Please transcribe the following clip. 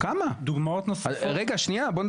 יש לי כוח אדם ספייר.